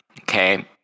Okay